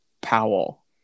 Powell